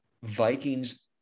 vikings